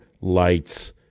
lights